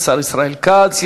השר ישראל כץ,